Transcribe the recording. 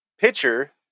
pitcher